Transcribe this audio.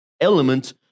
element